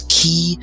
key